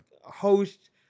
host